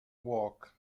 walk